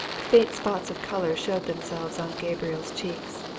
faint spots of colour showed themselves on gabriel's cheeks.